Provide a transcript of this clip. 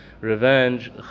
Revenge